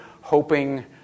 hoping